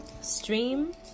Stream